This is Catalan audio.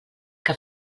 que